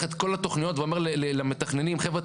את כל התכניות ואומר למתכננים 'חבר'ה,